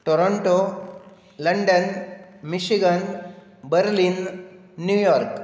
Toronto London michigan Berlin New York